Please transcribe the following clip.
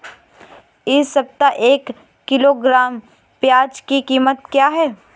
इस सप्ताह एक किलोग्राम प्याज की कीमत क्या है?